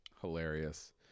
Hilarious